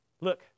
Look